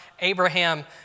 Abraham